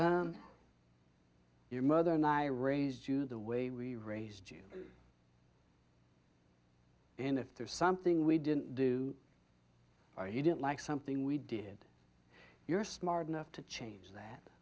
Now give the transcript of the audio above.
since your mother and i raised you the way we raised you and if there's something we didn't do or you didn't like something we did you're smart enough to change that